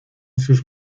sus